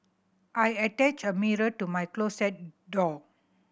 I attached a mirror to my closet door